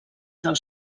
del